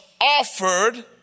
offered